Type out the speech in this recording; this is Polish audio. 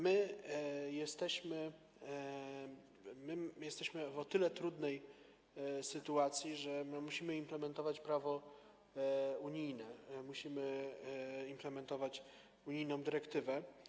My o tyle jesteśmy w trudnej sytuacji, że musimy implementować prawo unijne, musimy implementować unijną dyrektywę.